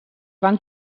van